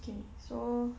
okay so